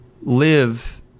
Live